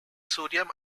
sodium